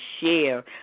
share